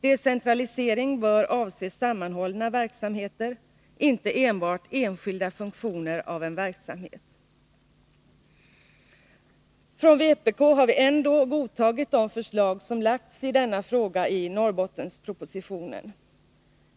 Decentralisering bör avse sammanhållna verksamheter, inte enbart enskilda funktioner av en verksamhet.” Från vpk har vi ändå godtagit de förslag som lagts fram i denna fråga i Norrbottenspropositionen.